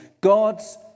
God's